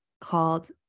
called